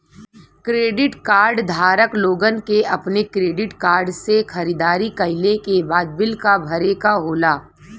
credit card धारक लोगन के अपने क्रेडिट कार्ड से खरीदारी कइले के बाद बिल क भरे क होला